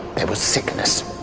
there was sickness.